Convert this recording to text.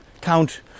count